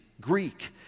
Greek